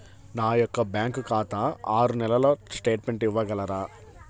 నా యొక్క బ్యాంకు ఖాతా ఆరు నెలల స్టేట్మెంట్ ఇవ్వగలరా?